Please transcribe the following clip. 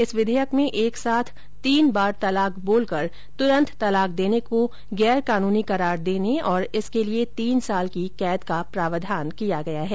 इस विधेयक में एक साथ तौन बार तलाक बोलकर तुरंत तलाक देने को गैर कानूनी करार देने और इसके लिए तीन साल की कैद का प्रावधान किया गया है